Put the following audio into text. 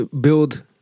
Build